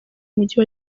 mujyi